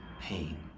pain